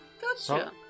Gotcha